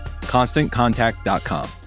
ConstantContact.com